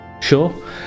Sure